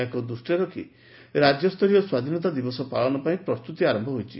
ଏହାକୁ ଦୃଷ୍ଟିରେ ରଖି ରାଜ୍ୟସ୍ତରୀୟ ସ୍ୱାଧୀନତା ଦିବସ ପାଳନ ପାଇଁ ପ୍ରସ୍ତତି ଆର ହୋଇଛି